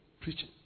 preaching